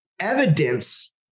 evidence